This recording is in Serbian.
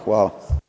Hvala.